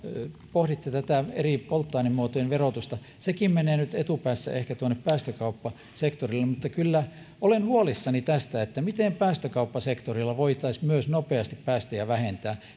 pohditte eri polttoainemuotojen verotusta sekin menee nyt etupäässä ehkä tuonne päästökauppasektorille mutta kyllä olen huolissani tästä miten päästökauppasektorilla voitaisiin myös nopeasti päästöjä vähentää